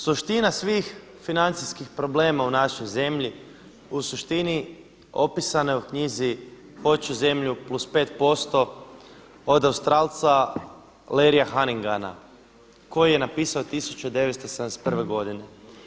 Suština svih financijskih problema u našoj zemlji u suštini opisana je u knjizi „Hoću zemlju plus 5%“ od Australca Larrya Hanningana koji je napisao 1971. godine.